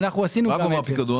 מה גובה הפיקדון?